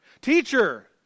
Teacher